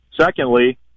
Secondly